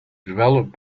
developed